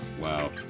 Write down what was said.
wow